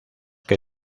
que